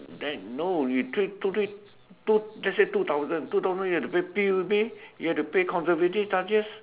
then no you three two three two let's say two thousand two thousand you have to pay P_U_B you have to pay conservative charges